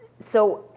so,